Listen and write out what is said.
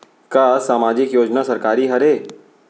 का सामाजिक योजना सरकारी हरे?